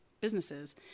businesses